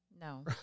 No